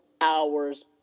hours